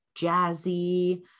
jazzy